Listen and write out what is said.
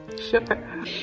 Sure